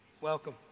Welcome